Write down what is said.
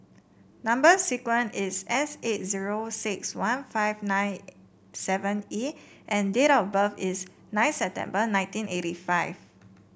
number sequence is S eight zero six one five nine seven E and date of birth is nine September nineteen eighty five